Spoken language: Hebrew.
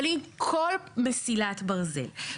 אבל אם כל מסילת ברזל,